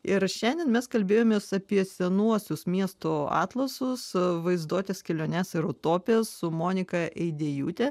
ir šiandien mes kalbėjomės apie senuosius miestų atlasus vaizduotės keliones ir utopijas su monika eidėjūte